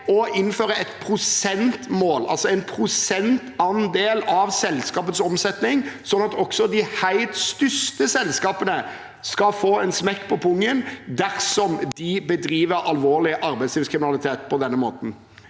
å innføre et prosentmål, altså en prosentandel av selskapets omsetning, sånn at også de helt store selskapene skal få en smekk på pungen dersom de bedriver alvorlig arbeidslivskriminalitet på denne måten.